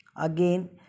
Again